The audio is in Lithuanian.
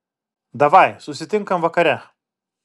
davai susitinkam vakare